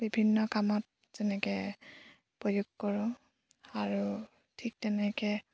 বিভিন্ন কামত যেনেকৈ প্ৰয়োগ কৰোঁ আৰু ঠিক তেনেকৈ